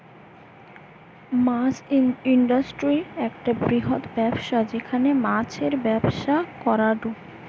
মাছ industry একটা বৃহত্তম ব্যবসা যেখানে মাছের ব্যবসা করাঢু